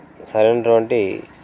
సరైనటువంటి